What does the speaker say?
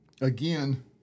again